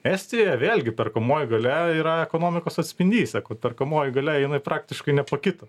estijoje vėlgi perkamoji galia yra ekonomikos atspindys perkamoji galia jinai praktiškai nepakito